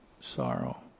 sorrow